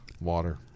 water